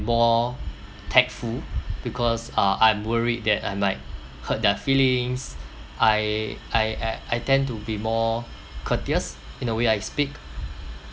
more tactful because uh I'm worried that I might hurt their feelings I I I I tend to be more courteous in the way I speak